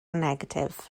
negatif